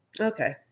Okay